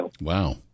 Wow